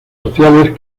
sociales